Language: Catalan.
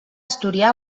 asturià